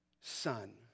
Son